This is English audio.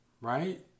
right